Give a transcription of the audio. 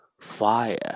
fire